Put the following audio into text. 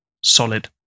solid